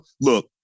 look